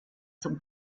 zum